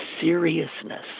seriousness